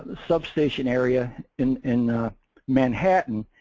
substation area in in manhattan.